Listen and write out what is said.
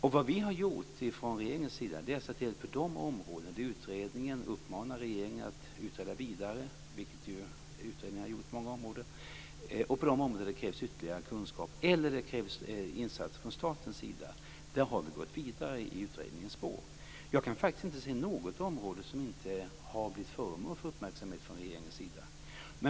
På de områden där utredningen uppmanar regeringen att utreda vidare, vilket utredningar har gjort på många områden, och på de områden där det krävs ytterligare kunskap eller insatser från statens sida har regeringen gått vidare i utredningens spår. Jag kan faktiskt inte se något område som inte har blivit föremål för uppmärksamhet från regeringens sida.